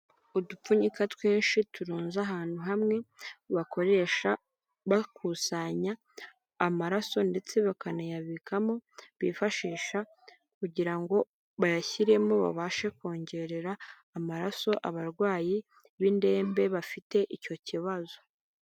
Udupfunyika twinshi turunze ahantu hamwe bakoresha bakusanya amaraso ndetse bakanayabikamo, bifashisha kugira ngo bayashyiremo babashe kongerera amaraso abarwayi b'indembe bafite icyo kibazo.